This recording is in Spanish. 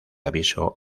aviso